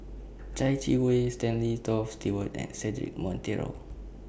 Chai Yee Wei Stanley Toft Stewart and Cedric Monteiro